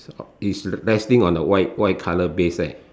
is resting on the white white colour base right